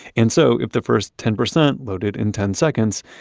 and so, if the first ten percent loaded in ten seconds,